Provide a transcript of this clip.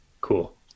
Cool